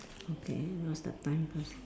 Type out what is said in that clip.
okay what's the time first